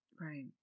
Right